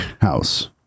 house